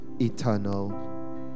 eternal